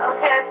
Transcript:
Okay